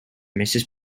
mrs